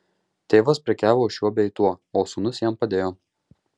tėvas prekiavo šiuo bei tuo o sūnus jam padėjo